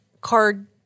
card